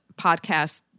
podcast